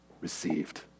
received